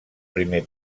primer